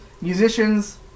musicians